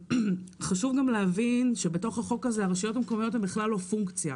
חשוב גם להבין שבתוך החוק הזה הרשויות המקומיות הן בכלל לא פונקציה.